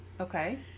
Okay